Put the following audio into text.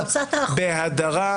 בהדרה,